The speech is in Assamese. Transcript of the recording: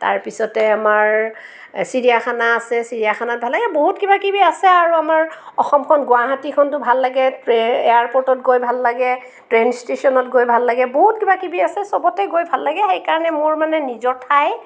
তাৰপিছতে আমাৰ চিৰিয়াখানা আছে চিৰিয়াখানাত ভাল লাগে এই বহুত কিবাকিবি আছে আৰু আমাৰ অসমখন গুৱাহাটীখনটো ভাল লাগে ট্ৰেই এয়াৰপ'ৰ্টত গৈ ভাল লাগে ট্ৰেইন ষ্টেচনত গৈ ভাল লাগে বহুত কিবাকিবি আছে চবতে গৈ ভাল লাগে সেইকাৰণে মোৰ মানে নিজৰ ঠাই